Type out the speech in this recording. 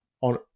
on